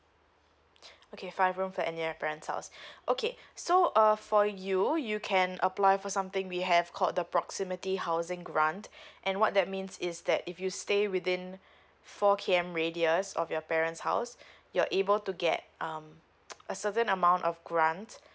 okay five room flat and near your parent's house okay so uh for you you can apply for something we have called the proximity housing grant and what that means is that if you stay within four K_M radius of your parent's house you're able to get um a certain amount of grant